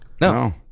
No